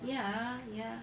ya ya